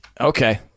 Okay